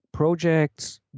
Projects